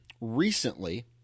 recently